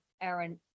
aaron